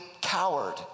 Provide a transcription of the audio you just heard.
coward